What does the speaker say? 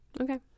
okay